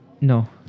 No